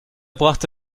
brachte